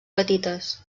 petites